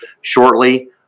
shortly